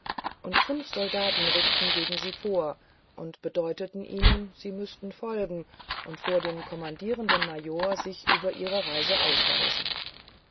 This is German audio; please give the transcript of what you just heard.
und fünf soldaten rückten gegen sie vor und bedeuteten ihnen sie müßten folgen und vor dem kommandierenden major sich über ihre reise ausweisen